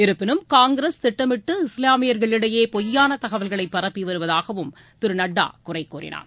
இருப்பினும் காங்கிரஸ் திட்டமிட்டு இஸ்லாமியர்களிடையே பொய்யான தகவல்களை பரப்பி வருவதாகவும் திரு நட்டா குறை கூறினார்